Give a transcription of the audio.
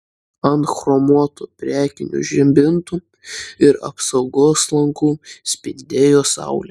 ant chromuotų priekinių žibintų ir apsaugos lankų spindėjo saulė